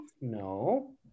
No